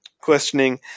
questioning